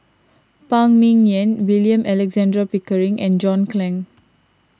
Phan Ming Yen William Alexander Pickering and John Clang